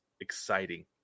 exciting